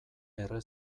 erre